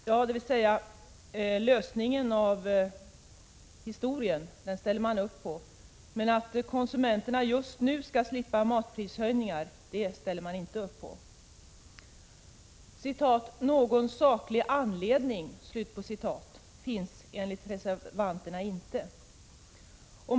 Lösningen av problemet med det historiska underskottet accepterar man, men att konsumenterna just nu skall slippa matprishöjningar ställer man inte upp på. ”Någon saklig anledning” finns enligt reservanterna inte.